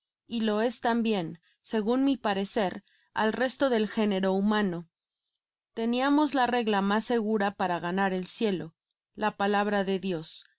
y lo es tambien segun mi parecer al resto del género humano teniamos la regla mas segura para ganar el cielo la palabra de dios